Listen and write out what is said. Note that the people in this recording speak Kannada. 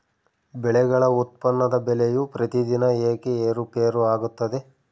ಬೆಳೆಗಳ ಉತ್ಪನ್ನದ ಬೆಲೆಯು ಪ್ರತಿದಿನ ಏಕೆ ಏರುಪೇರು ಆಗುತ್ತದೆ?